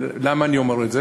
למה אני אומר את זה?